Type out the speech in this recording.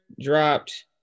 dropped